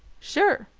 sure,